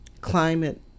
climate